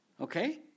okay